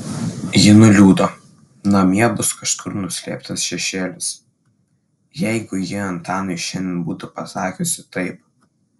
ji nuliūdo namie bus kažkur nuslėptas šešėlis jeigu ji antanui šiandien būtų pasakiusi taip